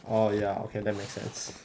orh ya okay that makes sense